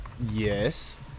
Yes